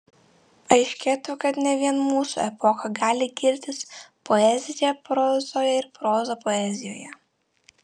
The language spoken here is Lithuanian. aiškėtų kad ne vien mūsų epocha gali girtis poezija prozoje ir proza poezijoje